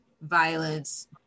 violence